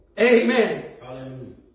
Amen